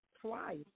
twice